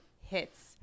hits